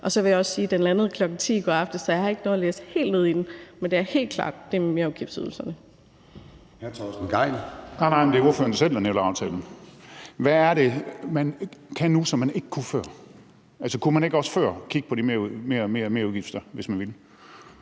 Og så vil jeg også sige: Aftalen landede kl. 10.00 i går aftes, så jeg har ikke nået at læse helt ned i den; men det er helt klart det med merudgiftsydelserne.